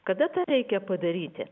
kada tą reikia padaryti